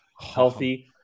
healthy